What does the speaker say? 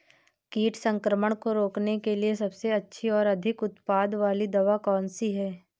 कीट संक्रमण को रोकने के लिए सबसे अच्छी और अधिक उत्पाद वाली दवा कौन सी है?